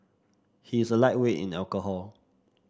he is a lightweight in alcohol